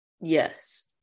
Yes